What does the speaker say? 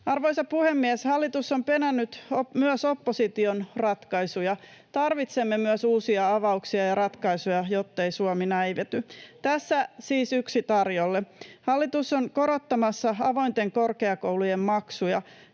Arvoisa puhemies! Hallitus on penännyt myös opposition ratkaisuja. Tarvitsemme myös uusia avauksia ja ratkaisuja, jottei Suomi näivety. Tässä siis yksi tarjolle: Hallitus on korottamassa avointen korkeakoulujen maksuja,